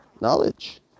knowledge